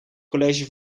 college